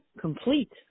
complete